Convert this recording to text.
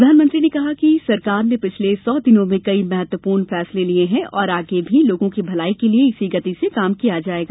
प्रधानमंत्री ने कहा कि सरकार ने पिछले सौ दिनों में कई महत्वपूर्ण फैसले लिये हैं और आगे भी लोगों की भलाई के लिए इसी गति से काम किया जाएगा